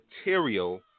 material